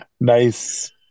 Nice